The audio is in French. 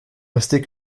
rester